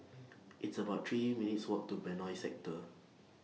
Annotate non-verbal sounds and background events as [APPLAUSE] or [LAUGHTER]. [NOISE] It's about three minutes' Walk to Benoi Sector